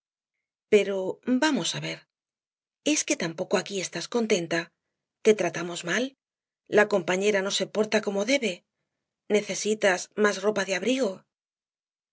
pero vamos á ver es que tampoco aquí estás contenta te tratamos mal la compañera no se porta como debe necesitas más ropa de abrigo